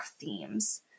themes